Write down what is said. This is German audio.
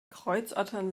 kreuzottern